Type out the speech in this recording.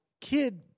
kid